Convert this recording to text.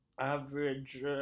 Average